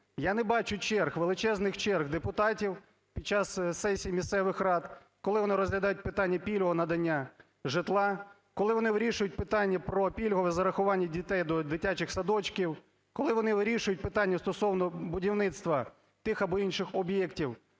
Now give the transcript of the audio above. Я не бачу черг, величезних черг депутатів під час сесій місцевих рад, коли вони розглядають питання пільгового надання житла, коли вони вирішують питання про пільгове зарахування дітей до дитячих садочків, коли вони вирішують питання стосовно будівництва тих або інших об'єктів